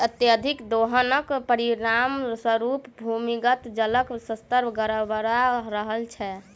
अत्यधिक दोहनक परिणाम स्वरूप भूमिगत जलक स्तर गड़बड़ा रहल छै